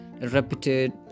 reputed